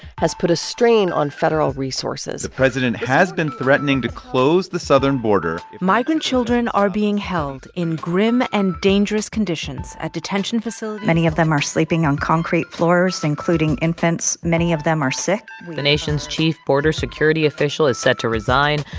has put a strain on federal resources the president has been threatening to close the southern border migrant children are being held in grim and dangerous conditions at detention facilities many of them are sleeping on concrete floors, including infants. many of them are sick the nation's chief border security official is set to resign.